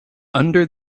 under